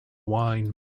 wine